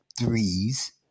threes